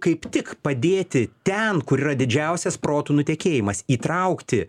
kaip tik padėti ten kur yra didžiausias protų nutekėjimas įtraukti